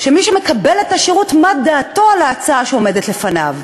מי שמקבל את השירות מה דעתו על ההצעה שעומדת לפניו.